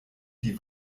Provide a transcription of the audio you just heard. die